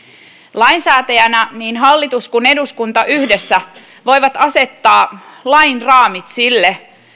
lainsäätäjänä niin hallitus kuin eduskunta yhdessä voivat asettaa lain raamit sille